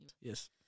yes